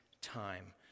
time